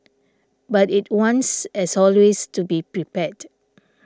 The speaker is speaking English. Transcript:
but it wants as always to be prepared